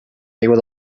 aigua